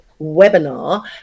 webinar